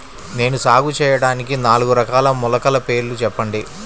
నేను సాగు చేయటానికి నాలుగు రకాల మొలకల పేర్లు చెప్పండి?